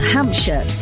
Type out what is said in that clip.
Hampshire